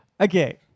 Okay